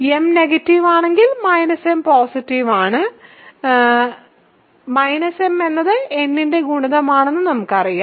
m negative ആണെങ്കിൽ m positive ആണെങ്കിൽ m എന്നത് n ന്റെ ഗുണിതമാണെന്ന് നമുക്കറിയാം